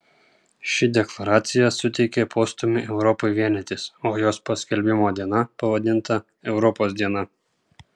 ši deklaracija suteikė postūmį europai vienytis o jos paskelbimo diena pavadinta europos diena